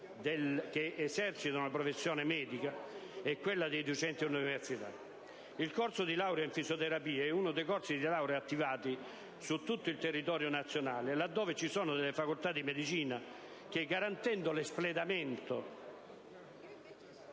che esercitano la professione medica e quella di docenti all'università. Il corso di laurea in fisioterapia è uno dei corsi di laurea attivati, su tutto il territorio nazionale, là dove ci sono delle facoltà di medicina che, garantendo l'espletamento